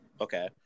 Okay